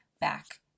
back